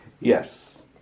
Yes